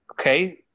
Okay